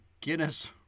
Guinness